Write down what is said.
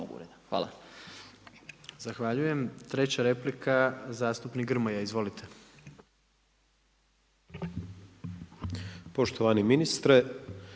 Hvala.